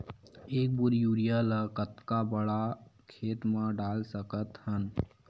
एक बोरी यूरिया ल कतका बड़ा खेत म डाल सकत हन?